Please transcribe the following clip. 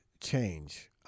change